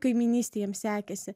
kaimynystėj jiem sekėsi